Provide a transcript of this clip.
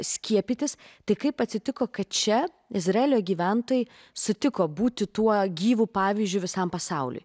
skiepytis tai kaip atsitiko kad čia izraelio gyventojai sutiko būti tuo gyvu pavyzdžiu visam pasauliui